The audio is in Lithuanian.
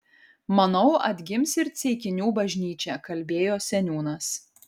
manau atgims ir ceikinių bažnyčia kalbėjo seniūnas